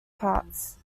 parts